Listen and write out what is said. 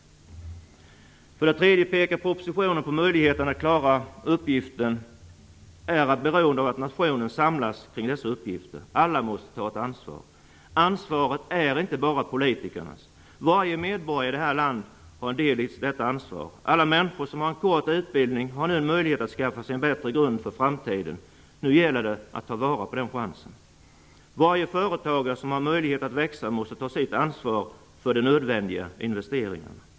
För det tredje pekar man i propositionen på att möjligheten att klara uppgiften är beroende av att nationen samlas kring denna uppgift. Alla måste ta ett ansvar. Ansvaret är inte bara politikernas. Varje medborgare i detta land har en del i detta ansvar. Alla människor som har kort utbildning har nu möjlighet att skaffa sig en bättre grund för framtiden. Nu gäller det att ta vara på den chansen. Varje företagare som har möjlighet att växa måste ta sitt ansvar för de nödvändiga investeringarna.